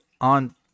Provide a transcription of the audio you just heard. on